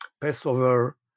Passover